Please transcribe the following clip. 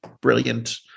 brilliant